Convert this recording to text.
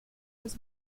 was